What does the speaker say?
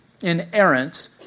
inerrant